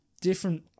different